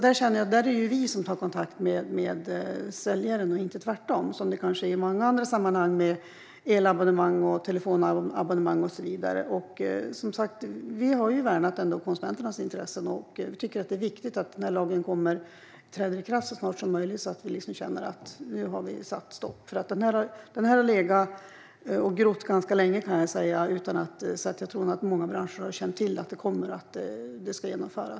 Där känner jag att det är vi som tar kontakt med säljaren och inte tvärtom, som det kanske är i många andra sammanhang med elabonnemang, telefonabonnemang och så vidare. Vi har som sagt värnat konsumenternas intressen, och vi tycker att det är viktigt att lagen träder i kraft så snart som möjligt så att vi känner att nu har vi satt stopp. Det här har legat och grott ganska länge, kan jag säga, så jag tror att många branscher har känt till att det ska genomföras.